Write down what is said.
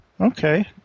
Okay